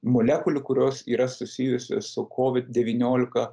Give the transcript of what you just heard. molekulių kurios yra susijusi su kovid devyniolika